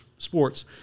Sports